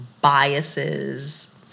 biases